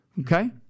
okay